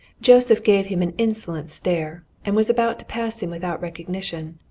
joseph gave him an insolent stare, and was about to pass him without recognition.